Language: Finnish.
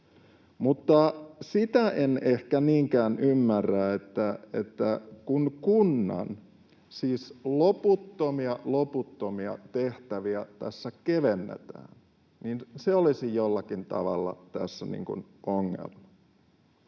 sitä en ehkä niinkään ymmärrä, että kun kunnan loputtomia tehtäviä tässä siis kevennetään, niin se olisi jollakin tavalla tässä niin